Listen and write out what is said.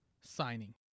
signing